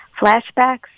flashbacks